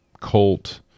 cult